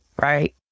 right